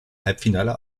halbfinale